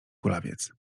kulawiec